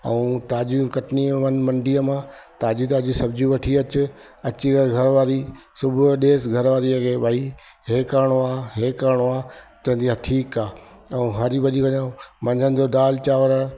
ऐं ताजियूं कटनी व मंडीअ मां ताज़ी ताजियूं सब्जियूं वठी अच अची करे घरवारी सुबुह ॾेस घरवारीअ खे भाई हे करिणो आहे हे करिणो आहे चवंदी आहे ठीकु आहे ऐं हरी भरी वञूं मंझंदि जो दालि चांवर